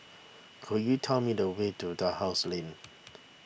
could you tell me the way to Dalhousie Lane